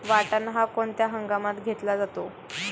वाटाणा हा कोणत्या हंगामात घेतला जातो?